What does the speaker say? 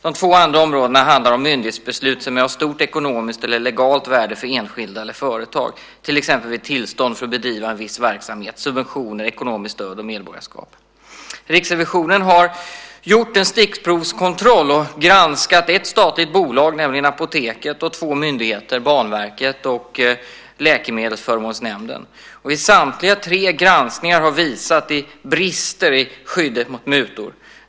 De två andra områdena handlar om myndighetsbeslut som är av stort ekonomiskt eller legalt värde för enskilda eller företag, till exempel vid tillstånd för att bedriva en viss verksamhet, subventioner, ekonomiskt stöd och medborgarskap. Riksrevisionen har gjort en stickprovskontroll och granskat ett statligt bolag, nämligen Apoteket AB, och två myndigheter, nämligen Banverket och Läkemedelsförmånsnämnden. Samtliga tre granskningar har visat brister i skyddet mot mutor.